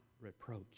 reproach